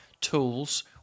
tools